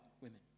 women